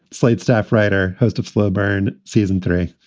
slate staff writer has the slow burn season three.